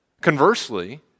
conversely